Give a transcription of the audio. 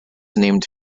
named